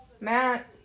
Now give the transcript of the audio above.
Matt